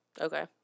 Okay